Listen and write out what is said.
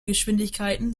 geschwindigkeiten